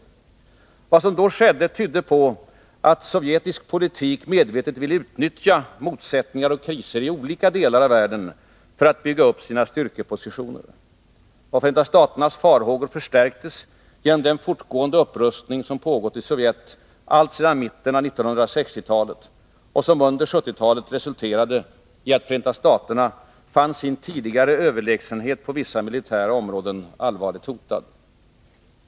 Vad som då skedde tydde på att sovjetisk politik medvetet ville utnyttja motsättningar och kriser i olika delar av världen för att bygga upp sina styrkepositioner. Och Förenta staternas farhågor förstärktes genom den fortgående upprustning som pågått i Sovjet alltsedan mitten av 1960-talet och som under 1970-talet resulterade i att Förenta staterna fann sin tidigare överlägsenhet på vissa militära områden allvarligt hotad.